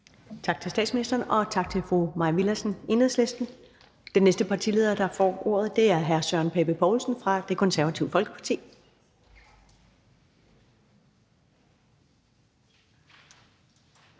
Tak til statsministeren, og tak til fru Mai Villadsen, Enhedslisten. Den næste partileder, der får ordet, er hr. Søren Pape Poulsen fra Det Konservative Folkeparti.